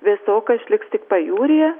vėsokas liks tik pajūryje